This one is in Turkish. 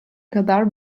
kadar